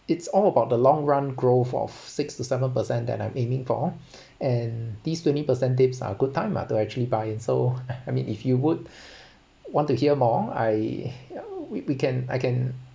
it's all about the long run growth of six to seven percent that I'm aiming for and these twenty percent dips are good time lah to actually buy in so I mean if you would want to hear more I we can I can